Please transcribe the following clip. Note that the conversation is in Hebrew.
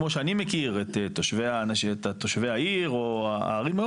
כמו שאני מכיר את תושבי העיר או הערים,